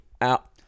out